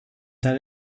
that